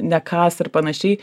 nekąs ir panašiai